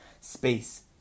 space